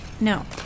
no